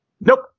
Nope